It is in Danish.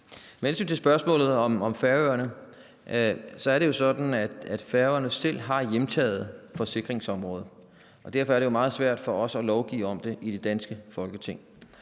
hensyn til spørgsmålet om Færøerne er det jo sådan, at Færøerne selv har hjemtaget forsikringsområdet, og derfor er det meget svært for os at lovgive om det i det danske Folketing.